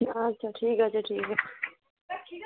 আচ্ছা ঠিক আছে ঠিক আছে